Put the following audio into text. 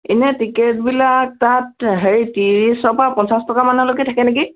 এনে টিকেটবিলাক তাত হেৰি ত্ৰিছৰ পৰা পঞ্চাছ টকামানলৈকে থাকে নেকি